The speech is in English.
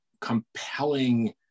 compelling